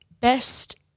best